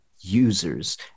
users